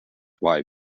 why